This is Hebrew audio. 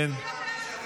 נקודה.